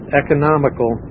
economical